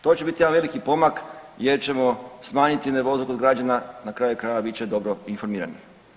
To će biti jedan veliki pomak, jer ćemo smanjiti nervozu kod građana na kraju krajeva bit će dobro informirani.